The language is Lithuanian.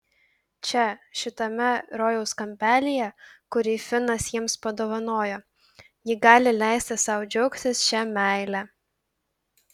čia šitame rojaus kampelyje kurį finas jiems padovanojo ji gali leisti sau džiaugtis šia meile